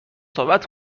صحبت